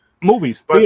Movies